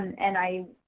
and i,